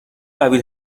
قبیل